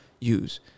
use